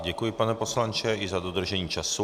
Děkuji pane poslanče i za dodržení času.